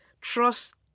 trust